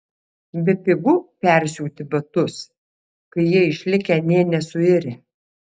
bepigu persiūti batus kai jie išlikę nė nesuirę